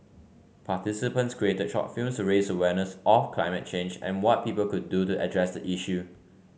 participants created short films to raise awareness of climate change and what people could do to address the issue